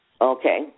okay